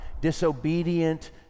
disobedient